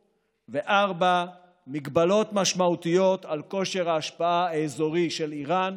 4. מגבלות משמעותיות על כושר ההשפעה האזורי של איראן,